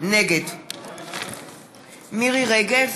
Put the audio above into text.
נגד מירי רגב,